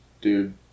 Dude